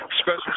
Special